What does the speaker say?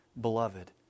beloved